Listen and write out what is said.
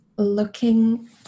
looking